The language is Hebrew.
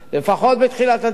לפחות בתחילת הדרך,